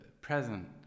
present